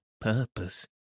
purpose